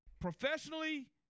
Professionally